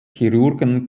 chirurgen